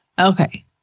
Okay